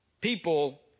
people